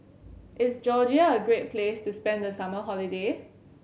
is Georgia a great place to spend the summer holiday